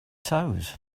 toes